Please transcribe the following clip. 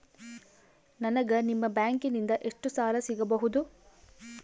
ನನಗ ನಿಮ್ಮ ಬ್ಯಾಂಕಿನಿಂದ ಎಷ್ಟು ಸಾಲ ಸಿಗಬಹುದು?